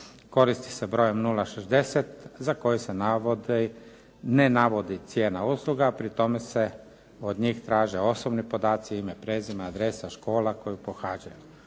Koristi se borjem 060 za koje se ne navodi cijena usluga, pri tome se od njih traže osobni podaci, ime, prezime, adresa, škola koju pohađaju.